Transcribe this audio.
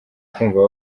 kumva